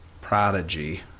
prodigy